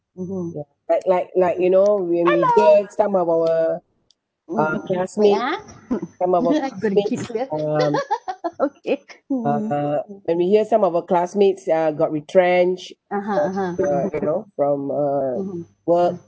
mmhmm ya like like like you know we have been there some of our uh classmate some of our classmates um uh when we hear some of our classmates uh got retrenched uh you know from uh work